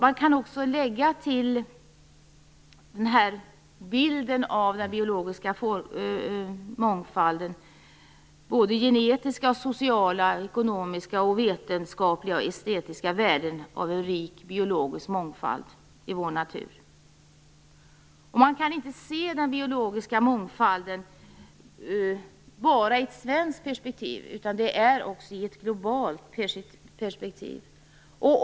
Man kan till den här bilden också lägga genetiska, sociala, ekonomiska, vetenskapliga och estetiska värden av en rik biologisk mångfald i vår natur. Man kan inte se den biologiska mångfalden enbart ur ett svenskt perspektiv, man måste också se den ur ett globalt perspektiv.